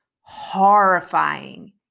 horrifying